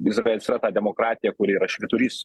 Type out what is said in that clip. izraelis yra ta demokratija kuri yra švyturys